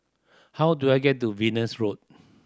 how do I get to Venus Road